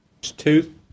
two